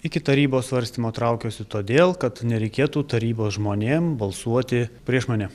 iki tarybos svarstymo traukiuosi todėl kad nereikėtų tarybos žmonėm balsuoti prieš mane